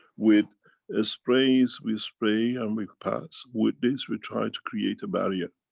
with ah sprays, we spray and we pass. with this we try to create a barrier.